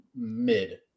mid